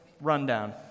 rundown